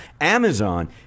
Amazon